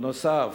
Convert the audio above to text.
בנוסף,